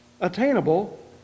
attainable